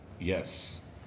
Yes